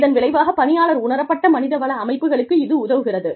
இதன் விளைவாக பணியாளர் உணரப்பட்ட மனிதவள அமைப்புகளுக்கு இது உதவுகிறது